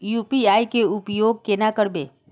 UPI के उपयोग केना करबे?